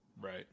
Right